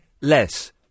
less